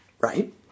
right